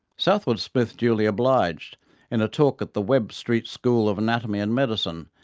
southwood smith duly obliged in a talk at the webb street school of anatomy and medicine,